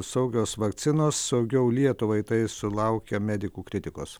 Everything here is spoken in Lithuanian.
saugios vakcinos saugiau lietuvai tai sulaukė medikų kritikos